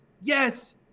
Yes